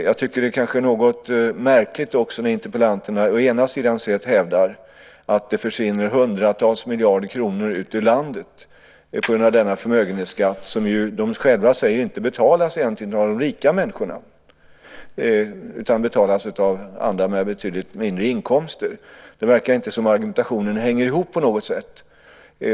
Det är kanske också något märkligt att interpellanterna hävdar att hundratals miljarder kronor försvinner ut ur landet på grund av denna förmögenhetsskatt, som de själva säger egentligen inte betalas av de rika människorna utan betalas av andra med betydligt mindre inkomster. Argumentationen verkar inte hänga ihop på något sätt.